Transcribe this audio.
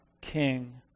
King